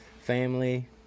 family